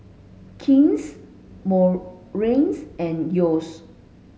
King's Morries and Yeo's